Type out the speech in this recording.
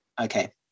okay